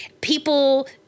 People